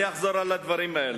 אני אחזור על הדברים האלה.